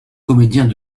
comédiens